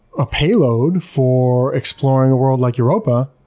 a payload for exploring a world like europa,